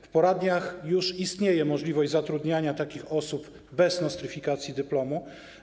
W poradniach już istnieje możliwość zatrudniania takich osób bez nostryfikacji dyplomu.